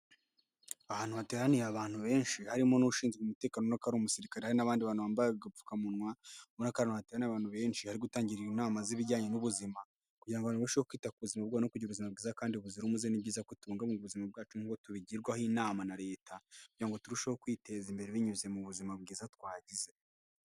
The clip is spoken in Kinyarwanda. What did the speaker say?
Ahantu hateraniye abantu benshi harimo n'ushinzwe umutekano ubona ko ari umusirikare hari n'abandi bantu bambaye agapfukamunwa. Murabona ko ari abantu benshi bari gutanga inama z'ibijyanye n'ubuzima kugira ngo abantu barusheho kwita ku buzima no kugira ubuzima bwiza kandi buzira umuze. Ni byiza ko tubungabunga ubuzima bwacu nk'uko tubigirwaho inama na leta kugira ngo turusheho kwiteza imbere binyuze mu buzima bwiza twagize.